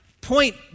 point